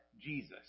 Jesus